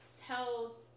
tells